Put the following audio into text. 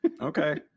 Okay